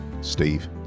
Steve